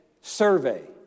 survey